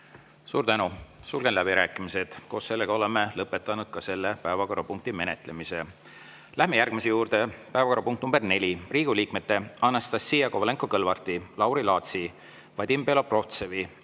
Suur tänu! Sulgen läbirääkimised. Oleme lõpetanud ka selle päevakorrapunkti menetlemise. Läheme järgmise juurde: päevakorrapunkt nr 4, Riigikogu liikmete Anastassia Kovalenko-Kõlvarti, Lauri Laatsi, Vadim Belobrovtsevi,